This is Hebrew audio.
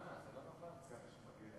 אחת היא של חבר הכנסת דב ליפמן.